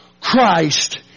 Christ